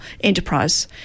enterprise